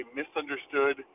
misunderstood